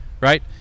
Right